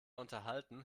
unterhalten